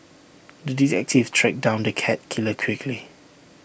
the detective tracked down the cat killer quickly